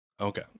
okay